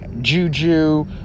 Juju